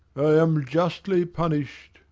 i am justly punish'd.